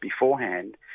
beforehand